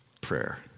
Prayer